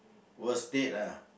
worst date ah